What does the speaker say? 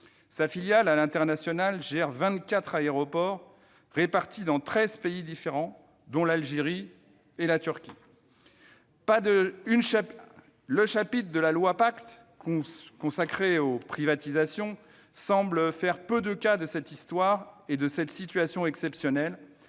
Sa filiale à l'international gère 24 aéroports répartis dans 13 pays différents, dont l'Algérie et la Turquie. Le chapitre de la loi Pacte consacré aux privatisations semble faire peu de cas de cette histoire et de cette situation exceptionnelle,